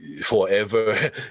forever